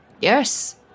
Yes